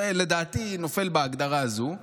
לדעתי זה נופל בהגדרה הזו,